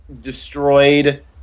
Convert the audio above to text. destroyed